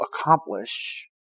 accomplish